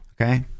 Okay